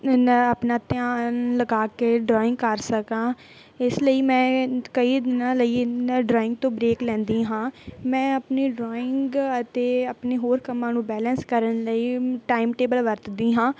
ਇੰਨਾ ਆਪਣਾ ਧਿਆਨ ਲਗਾ ਕੇ ਡਰਾਇੰਗ ਕਰ ਸਕਾਂ ਇਸ ਲਈ ਮੈਂ ਕਈ ਦਿਨਾਂ ਲਈ ਇਨ ਡਰਾਇੰਗ ਤੋਂ ਬਰੇਕ ਲੈਂਦੀ ਹਾਂ ਮੈਂ ਆਪਣੀ ਡਰਾਇੰਗ ਅਤੇ ਆਪਣੇ ਹੋਰ ਕੰਮਾਂ ਨੂੰ ਬੈਲੈਂਸ ਕਰਨ ਲਈ ਟਾਈਮ ਟੇਬਲ ਵਰਤਦੀ ਹਾਂ